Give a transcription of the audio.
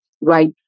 right